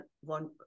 one